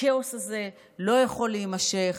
הכאוס הזה לא יכול להימשך.